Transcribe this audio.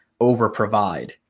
overprovide